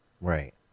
Right